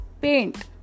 paint